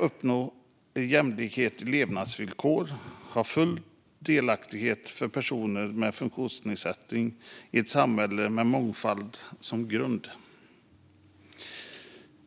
uppnå jämlikhet i levnadsvillkor och full delaktighet för personer med funktionsnedsättning i ett samhälle med mångfald som grund.